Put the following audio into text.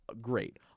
Great